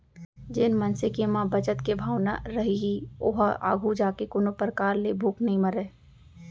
जेन मनसे के म बचत के भावना रइही ओहा आघू जाके कोनो परकार ले भूख नइ मरय